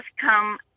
come